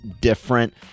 different